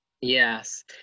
yes